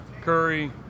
Curry